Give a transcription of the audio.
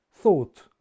thought